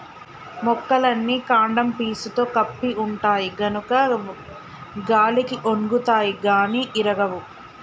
మొక్కలన్నీ కాండం పీసుతో కప్పి ఉంటాయి గనుక గాలికి ఒన్గుతాయి గాని ఇరగవు